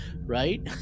right